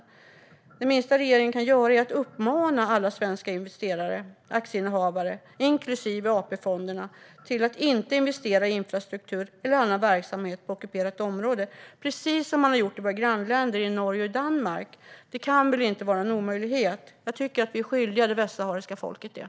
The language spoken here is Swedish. Det minsta regeringen kan göra är att uppmana alla svenska aktieinnehavare, inklusive AP-fonderna, att inte investera i infrastruktur eller annan verksamhet på ockuperat område, precis som redan gjorts i våra grannländer Norge och Danmark. Detta kan inte vara en omöjlighet. Det tycker jag att vi är skyldiga det västsahariska folket.